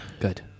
Good